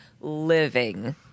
living